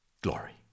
glory